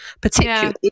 Particularly